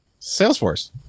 Salesforce